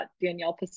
Danielle